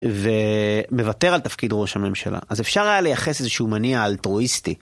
ומוותר על תפקיד ראש הממשלה אז אפשר היה לייחס איזה שהוא מניע אלטרואיסטי.